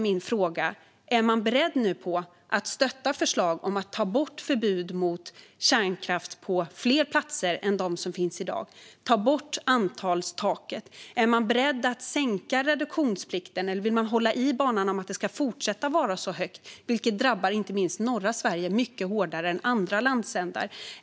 Min fråga är om man är beredd att stötta förslag om att ta bort förbud mot kärnkraft på fler platser än de som finns i dag och ta bort antalstaket. Är man beredd att sänka reduktionsplikten eller vill man att den ska fortsätta vara så hög, vilket drabbar inte minst norra Sverige mycket hårdare än andra landsändar?